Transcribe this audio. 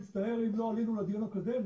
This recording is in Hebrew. אני מצטער אם לא עלינו לדיון הקודם,